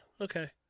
okay